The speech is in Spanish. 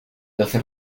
doce